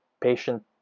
patient